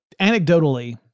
anecdotally